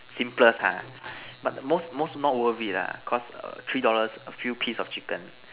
simplest ha but most most not worth it lah cause three dollars a few piece of chicken